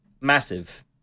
massive